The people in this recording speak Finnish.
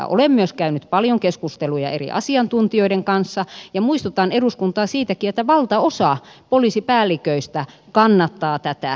olen myös käynyt paljon keskusteluja eri asiantuntijoiden kanssa ja muistutan eduskuntaa siitäkin että valtaosa poliisipäälliköistä kannattaa tätä